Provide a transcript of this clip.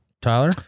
Tyler